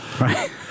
Right